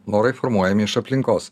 norai formuojami iš aplinkos